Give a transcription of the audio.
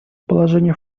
положение